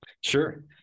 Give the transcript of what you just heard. Sure